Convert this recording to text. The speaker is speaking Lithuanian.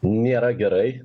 nėra gerai